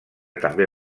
també